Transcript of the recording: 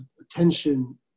attention